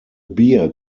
beer